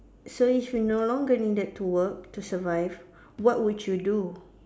so if you no longer needed to work to survive what would you do